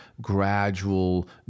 gradual